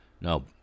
No